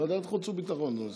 בוועדת חוץ וביטחון זה מספיק.